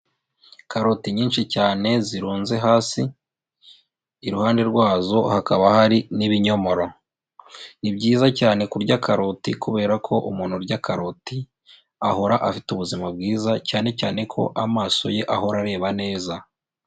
Karoti nyinshi cyane zirunze hasi, iruhande rwazo hakaba hari n'ibinyomoro, ni byiza cyane kurya karoti kubera ko umuntu urya karoti ahora afite ubuzima bwiza, cyane cyane ko amaso ye ahora areba neza.